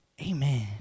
Amen